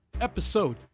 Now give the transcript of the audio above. episode